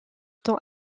temps